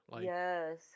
Yes